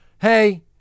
hey